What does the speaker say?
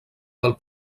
del